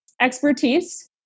Expertise